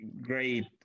great